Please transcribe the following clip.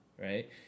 right